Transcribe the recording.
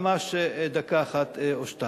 ממש דקה אחת או שתיים.